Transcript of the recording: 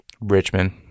Richmond